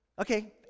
Okay